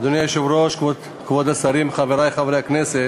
אדוני היושב-ראש, כבוד השרים, חברי חברי הכנסת,